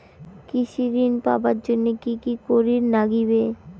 কৃষি ঋণ পাবার জন্যে কি কি করির নাগিবে?